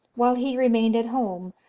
while he remained at home,